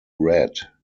red